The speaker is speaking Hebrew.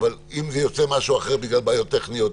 מתי זה מתחיל ולכמה אסירים ואיזה סוגים זה יפתור את הבעיה.